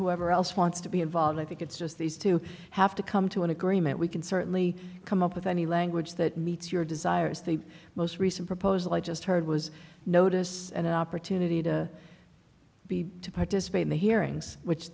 whoever else wants to be involved i think it's just these two have to come to an agreement we can certainly come up with any language that meets your desires the most recent proposal i just heard was notice and an opportunity to be to participate in the hearings which